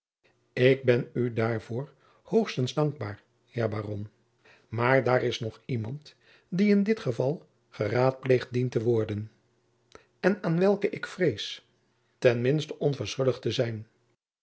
ik ben u daarvoor hoogstens dankbaar heer baron maar daar is nog iemand die in dit geval geraadpleegd dient te worden en aan welke ik vrees ten minste onverschillig te zijn